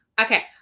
Okay